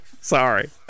Sorry